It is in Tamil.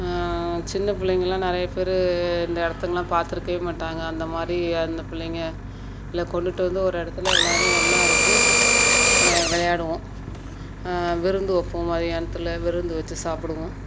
சின்ன பிள்ளைங்களாம் நிறையா பேர் அந்த இடத்துங்லாம் பார்த்துருக்கவேமாட்டாங்க அந்தமாதிரி அந்த பிள்ளைங்க ல கொண்டுகிட்டு வந்து ஒரு இடத்துல எல்லாரும் ஒன்னாக இருந்து விளையாடுவோம் விருந்து வைப்போம் மதியானத்தில் விருந்து வச்சு சாப்பிடுவோம்